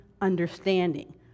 understanding